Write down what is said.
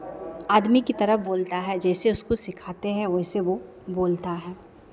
आदमी की तरह बोलता है जैसे उसको सिखाते हैं वैसे वो बोलता है